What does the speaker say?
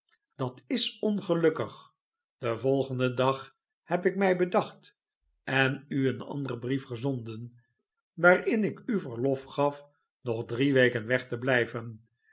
dat is ongelukkig den voigenden dag heb ik mij bedacht en u een anderen brief gezonden waarin ik u verlof gaf nog drie weken weg te blijven